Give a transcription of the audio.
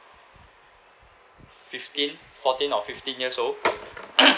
fifteen fourteen or fifteen years old